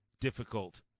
difficult